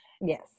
Yes